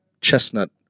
chestnut